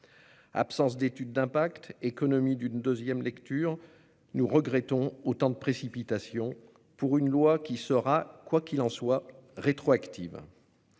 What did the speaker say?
Absence d'étude d'impact, économie d'une deuxième lecture : nous regrettons autant de précipitation, pour une loi qui sera, quoi qu'il en soit, rétroactive.